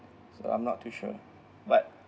so I'm not too sure but